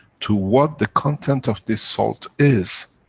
to what the content of this salt is,